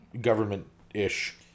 government-ish